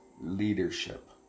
leadership